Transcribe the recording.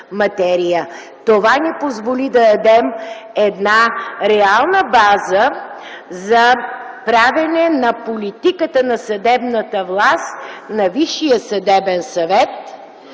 Това ни позволи да дадем реална база за правене на политиката на съдебната власт, на Висшия съдебен съвет,